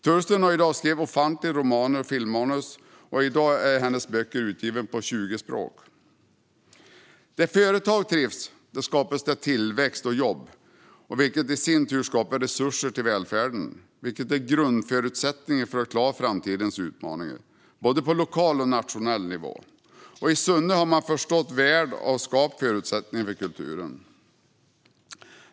Tursten har i dag skrivit ofantligt många romaner och filmmanus, och hennes böcker är översatta till 20 språk. Där företag trivs skapas tillväxt och jobb, vilket i sin tur skapar resurser till välfärden. Det är grundförutsättningar för att klara framtidens utmaningar, både på lokal och på nationell nivå. I Sunne har man också förstått värdet av att skapa förutsättningar för kulturen.